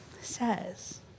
says